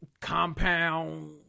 compound